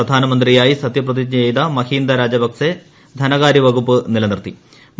പ്രധാനമന്ത്രിയായി സത്യപ്രതിജ്ഞ് ഉചയ്ത മഹീന്ദ രാജപക്സെ ധനകാര്യ വകുപ്പ് നിലനിർത്തി്